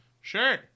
Sure